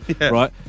right